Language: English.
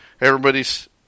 everybody's